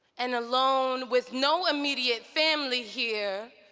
and alone with no immediate family here,